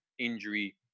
Injury